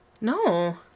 No